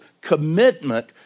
commitment